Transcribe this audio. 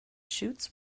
shoots